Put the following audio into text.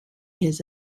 his